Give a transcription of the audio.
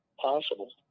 possible